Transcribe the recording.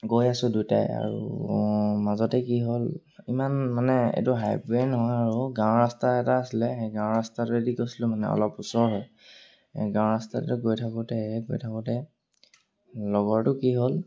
গৈ আছোঁ দুটাই আৰু মাজতে কি হ'ল ইমান মানে এইটো হাইবৱে নহয় আৰু গাঁৱৰ ৰাস্তা এটা আছিলে সেই গাঁৱৰ ৰাস্তাটোৱেদি গৈছিলোঁ মানে অলপ ওচৰ হয় গাঁৱৰ ৰাস্তাটোতো গৈ থাকোঁতে গৈ থাকোঁতে লগৰটো কি হ'ল